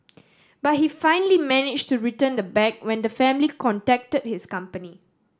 but he finally managed to return the bag when the family contacted his company